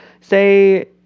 Say